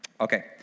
Okay